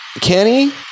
Kenny